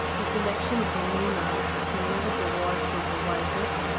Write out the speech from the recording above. the election of a monarch can never devolve to the wisest,